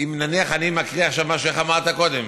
אם נניח אני מקריא עכשיו, איך אמרת קודם?